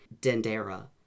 dendera